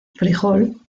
frijol